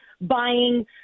buying